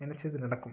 நினச்சது நடக்கும்